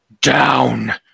Down